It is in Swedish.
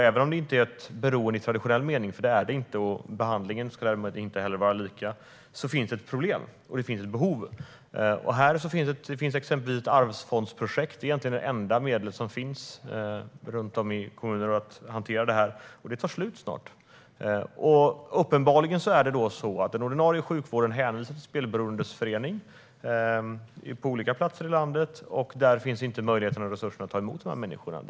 Även om det inte är ett beroende i traditionell mening, för det är det inte, och behandlingen inte heller är likadan finns det ett problem och ett behov. Det finns exempelvis ett projekt inom Arvsfonden som snart tar slut. Det är egentligen de enda medel som finns i kommunerna för att hantera detta. Uppenbarligen hänvisar den ordinarie sjukvården till Spelberoendes Förening på olika platser i landet, och där finns inte möjligheter och resurser att ta emot dessa människor.